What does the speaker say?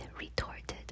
retorted